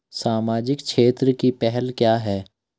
सामाजिक क्षेत्र की पहल क्या हैं?